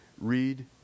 read